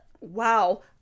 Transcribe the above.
wow